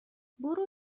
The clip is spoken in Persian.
برو